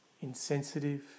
insensitive